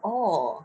orh